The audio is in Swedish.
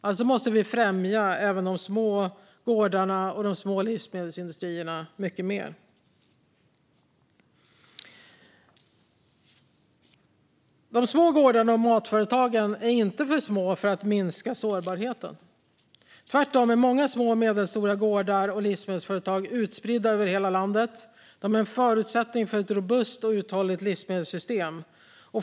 Alltså måste vi främja även de små gårdarna och de små livsmedelsindustrierna i högre grad. De små gårdarna och matföretagen är inte för små för att minska sårbarheten. Tvärtom är många små och medelstora gårdar och livsmedelsföretag utspridda över hela landet. De är en förutsättning för ett robust och uthålligt livsmedelssystem.